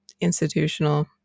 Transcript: institutional